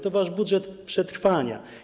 To wasz budżet przetrwania.